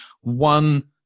one